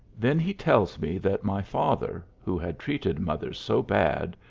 then he tells me that my father, who had treated mother so bad,